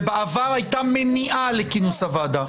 ובעבר הייתה מניעה לכינוס הוועדה.